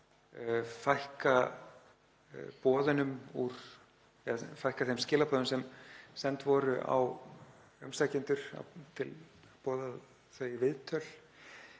fækka þeim skilaboðum, sem send voru á umsækjendur til að boða þau í viðtöl,